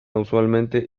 usualmente